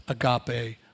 agape